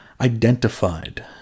identified